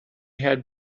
had